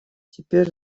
теперь